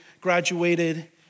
graduated